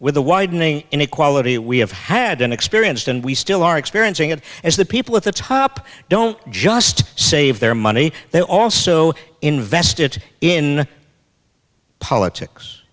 with the widening inequality we have had an experienced and we still are experiencing it as the people at the top don't just save their money they also invest it in politics